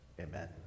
amen